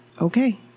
Okay